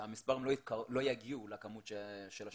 שהמספרים לא יגיעו לכמות של ה-31.